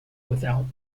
without